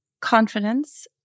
confidence